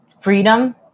freedom